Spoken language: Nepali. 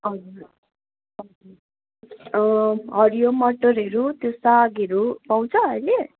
हजुर हरियो मटरहरू त्यो सागहरू पाउँछ अहिले